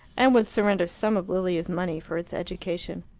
and would surrender some of lilia's money for its education.